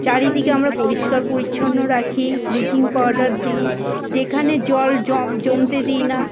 চারিদিকে আমরা পরিষ্কার পরিচ্ছন্ন রাখি ব্লিচিং পাউডার দিই যেখানে জল জমতে দিই না